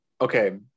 Okay